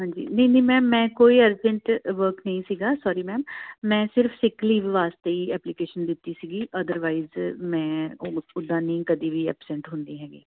ਹਾਂਜੀ ਨਹੀਂ ਨਹੀਂ ਮੈਂ ਕੋਈ ਅਰਜੈਂਟ ਵਰਕ ਨਹੀਂ ਸੀਗਾ ਸੋਰੀ ਮੈਮ ਮੈਂ ਸਿਰਫ ਸਿਕ ਲੀਵ ਵਾਸਤੇ ਹੀ ਐਪਲੀਕੇਸ਼ਨ ਦਿੱਤੀ ਸੀਗੀ ਅਦਰਵਾਈਜ਼ ਮੈਂ ਓ ਓਦਾਂ ਨਹੀਂ ਕਦੀ ਵੀ ਐਬਸੈਂਟ ਹੁੰਦੀ ਹੈਗੀ